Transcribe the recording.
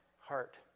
heart